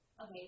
Okay